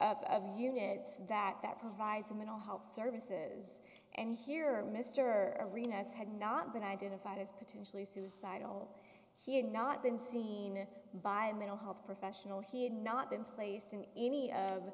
hers of units that provides mental health services and here mr arenas had not been identified as potentially suicidal he had not been seen by a mental health professional he had not been placed in any of